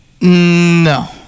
No